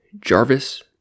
Jarvis